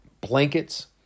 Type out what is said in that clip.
blankets